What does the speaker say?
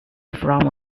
from